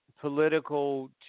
political